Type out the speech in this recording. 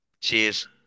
Cheers